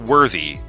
Worthy